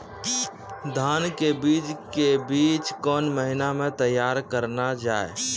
धान के बीज के बीच कौन महीना मैं तैयार करना जाए?